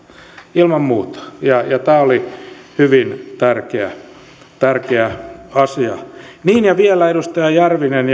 ilman muuta tämä oli hyvin tärkeä tärkeä asia niin ja vielä edustaja järvinen